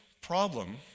problem